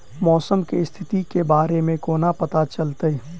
मौसम केँ स्थिति केँ बारे मे कोना पत्ता चलितै?